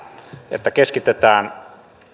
että keskitetään